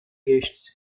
guests